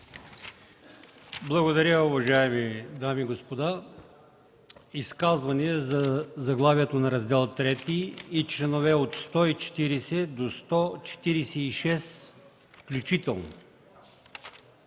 Благодаря. Уважаеми дами и господа, изказвания за заглавието на Раздел ІІІ и членове от 140 до 146 включително?